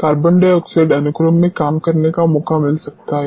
carbon dioxide अनुक्रम में काम करने का मौका मिल सकता है